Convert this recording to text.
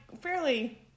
fairly